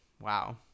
wow